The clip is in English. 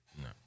No